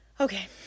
Okay